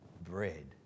bread